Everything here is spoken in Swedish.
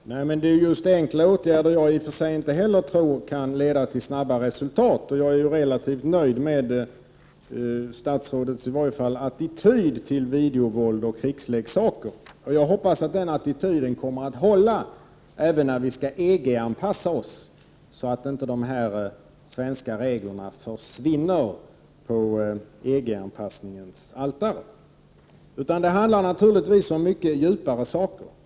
Herr talman! Det är just enkla åtgärder som jag inte tror kan leda till snabba resultat. Jag är relativt nöjd med i varje fall statsrådets attityd till videovåld och krigsleksaker. Jag hoppas att den attityden kommer att hålla även när vi skall EG-anpassa oss, så att inte de svenska reglerna försvinner på EG-anpassningens altare. Nej, det handlar naturligtvis om mycket djupare saker.